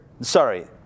Sorry